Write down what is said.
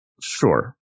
sure